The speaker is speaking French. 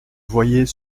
voyait